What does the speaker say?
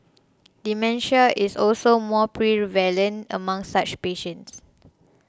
dementia is also more prevalent among such patients